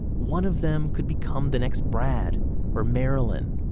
one of them could become the next brad or marilyn,